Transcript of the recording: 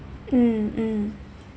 mm mm